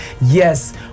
Yes